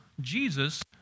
Jesus